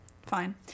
Fine